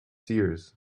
seers